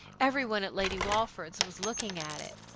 every one at lady walford's was looking at it.